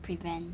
prevent